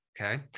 okay